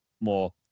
more